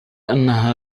أنها